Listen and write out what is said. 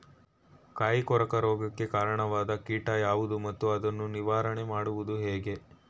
ಕಾಯಿ ಕೊರಕ ರೋಗಕ್ಕೆ ಕಾರಣವಾದ ಕೀಟ ಯಾವುದು ಮತ್ತು ಅದನ್ನು ನಿವಾರಣೆ ಮಾಡುವುದು ಹೇಗೆ?